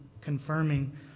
confirming